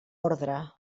ordre